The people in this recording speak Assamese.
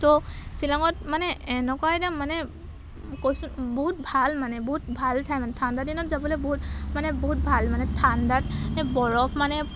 ত' শ্বিলঙত মানে এনেকুৱা এটা মানে কৈছোঁ বহুত ভাল মানে বহুত ভাল ঠাই মানে ঠাণ্ডা দিনত যাবলৈ বহুত মানে বহুত ভাল মানে ঠাণ্ডাত মানে বৰফ মানে